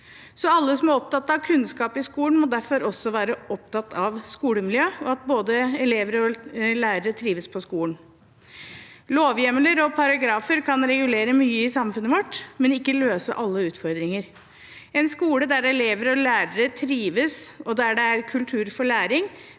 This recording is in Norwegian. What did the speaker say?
Alle som er opptatt av kunnskap i skolen, må derfor også være opptatt av skolemiljø og at både elever og lærere trives på skolen. Lovhjemler og paragrafer kan regulere mye i samfunnet vårt, men ikke løse alle utfordringer. En skole der elever og lærere trives, og der det er kultur for læring